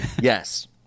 Yes